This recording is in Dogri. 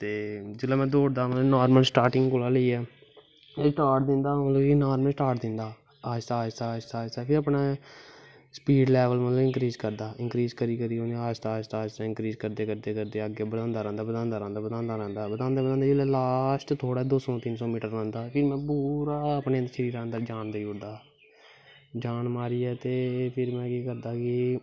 ते जिसलै में दौड़दा हा मतलव नार्मल स्टार्टिंग कोला स्टार्ट दिंदा हा मतलव नार्मल स्टार्ट दिंदा हा आस्ता आस्ता आस्ता कि अपनै स्पीड़ लैवल इंक्रीज़ करदा हा इंकर्ज़ करी करी आस्ता आस्ता करदे करदे अग्गें वधांदा रौंह्दा बधांदे रौंह्दा बधांदा रौंह्दा बधांदे बधांदे जिसलै लास्ट दो तिन्न सौ मीटर रौंह्दा फ्ही मे पूरा अपनें शरीरा अन्दरा जान देई ओड़दा हा जान मारियै ते फिर में केह् करदा हा कि